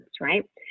Right